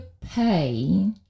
pay